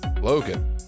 Logan